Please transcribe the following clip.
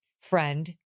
friend